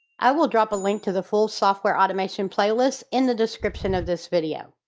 i will drop a link to the full software automation playlist in the description of this video.